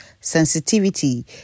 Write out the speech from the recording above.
sensitivity